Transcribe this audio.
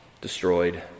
destroyed